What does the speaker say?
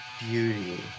beauty